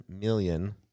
million